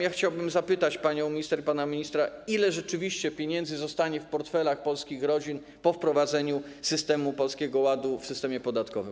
Ja chciałbym zapytać panią minister i pana ministra, ile rzeczywiście pieniędzy zostanie w portfelach polskich rodzin po wprowadzeniu Polskiego Ładu w systemie podatkowym.